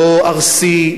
לא ארסי,